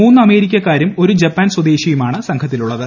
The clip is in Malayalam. മൂന്ന് അമേരിക്കക്കാരും ഒരു ജെപ്പാൻ സ്വദേശിയുമാണ് സംഘത്തിലുള്ളത്